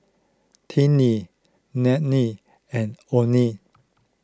Tinnie and oneal